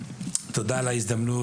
תודה על ההזדמנות,